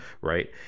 right